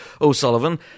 O'Sullivan